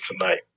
tonight